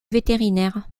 vétérinaire